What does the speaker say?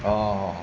orh